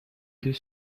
deux